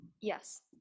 Yes